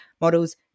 models